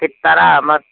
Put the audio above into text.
fit ꯇꯔꯥ ꯑꯃ